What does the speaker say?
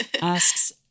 asks